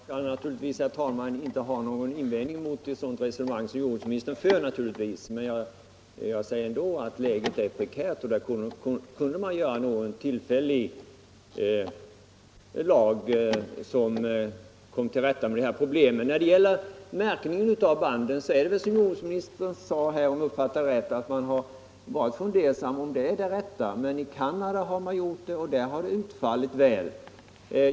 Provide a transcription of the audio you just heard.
Herr talman! Jag kan naturligtvis inte göra någon invändning mot det resonemang som jordbruksministern för, men jag säger ändå att läget är prekärt, och det vore bra om man kunde göra något tillfälligt lagstiftningsvägen för att komma till rätta med problemen. När det gäller märkningen av banden är det väl som jordbruksministern sade, om jag uppfattade honom rätt, att man har varit fundersam huruvida det är det riktiga. Men i Canada har detta utfallit väl.